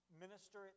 minister